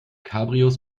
cabrios